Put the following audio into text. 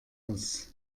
aus